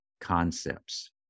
concepts